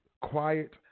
quiet